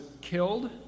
killed